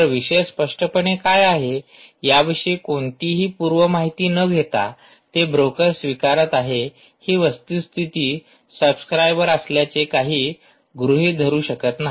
तर विषय स्पष्टपणे काय आहे याविषयी कोणतीही पूर्व माहिती न घेता ते ब्रोकर स्वीकारत आहेत ही वस्तुस्थिती सब्सक्राइबर असल्याचे काही गृहित धरू शकत नाही